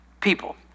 people